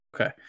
okay